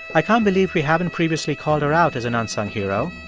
i can't believe we haven't previously called her out as an unsung hero.